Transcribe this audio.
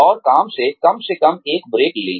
और काम से कम से कम एक ब्रेक लें